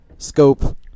Scope